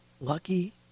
lucky